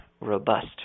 robust